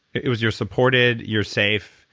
it was you're supported, you're safe,